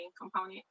component